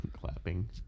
clapping